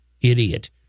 idiot